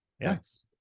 yes